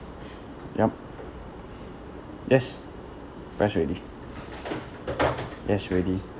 yup yes press already yes ready